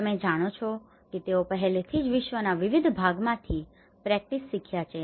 તમે જાણો છો કે તેઓ પહેલેથી જ વિશ્વના વિવિધ ભાગોમાંથી પ્રેક્ટીસ શીખ્યા છે